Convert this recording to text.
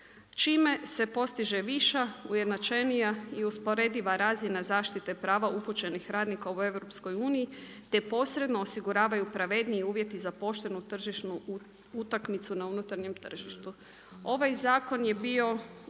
čime se postiže viša, ujednačenija i usporediva razina zaštite prava upućenih radnika u EU, te posredno osiguravaju pravedniji uvjeti za poštenu tržišnu utakmicu na unutarnjem tržištu. Ovaj zakon je bio